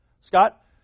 Scott